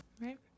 Right